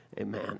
Amen